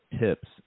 tips